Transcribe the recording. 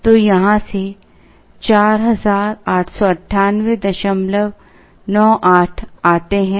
तो यहाँ से 489898 आते हैं